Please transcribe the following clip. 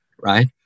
right